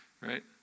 right